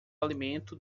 alimento